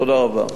תודה רבה.